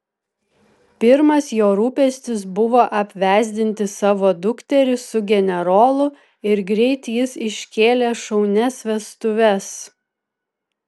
pirmas jo rūpestis buvo apvesdinti savo dukterį su generolu ir greit jis iškėlė šaunias vestuves